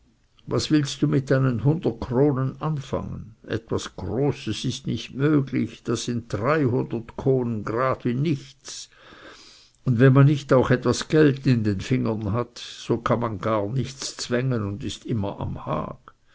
was willst du mit deinen hundert kronen anfangen etwas großes ist nicht möglich da sind hundert kronen grad wie nichts und wenn man nicht auch etwas geld in den fingern hat so kann man gar nichts zwängen und ist immer am hag